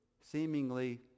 seemingly